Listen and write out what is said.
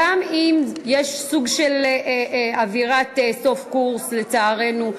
גם אם יש סוג של אווירת סוף קורס לצערנו,